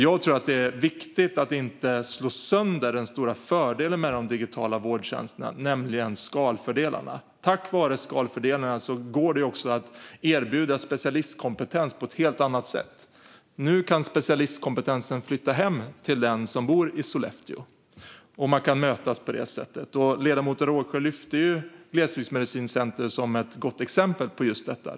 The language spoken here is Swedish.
Jag tror att det är viktigt att inte slå sönder den stora fördelen med de digitala vårdtjänsterna, nämligen skalfördelarna. Tack vare skalfördelarna går det också att erbjuda specialistkompetens på ett helt annat sätt. Nu kan specialistkompetensen flytta hem till den som bor i Sollefteå, och man kan mötas på det sättet. Ledamoten Rågsjö lyfte fram Glesbygdsmedicinskt centrum som ett gott exempel på just detta.